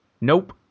Nope